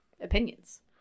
opinions